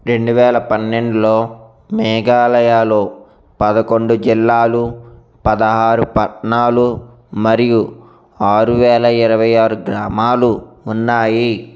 రెండు వేల పన్నెండులో మేఘాలయాలో పదకొండు జిల్లాలు పదహారు పట్నాలు మరియు ఆరు వేల ఇరవై ఆరు గ్రామాలు ఉన్నాయి